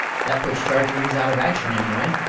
that puts jarjarees out of action, any way!